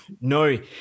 no